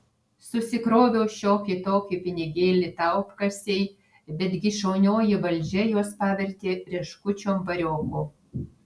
susikroviau šiokį tokį pinigėlį taupkasėj bet gi šaunioji valdžia juos pavertė rieškučiom variokų